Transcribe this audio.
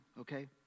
okay